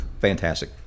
Fantastic